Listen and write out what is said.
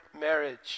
marriage